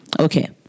Okay